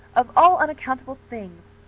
of all unaccountable things!